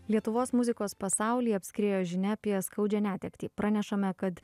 lietuvos muzikos pasaulį apskriejo žinia apie skaudžią netektį pranešame kad